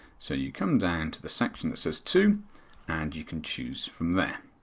so you come down to the section that says to and you can choose from there.